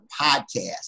podcast